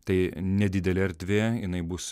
tai nedidelė erdvė jinai bus